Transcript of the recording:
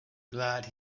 glad